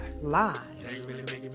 live